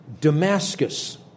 Damascus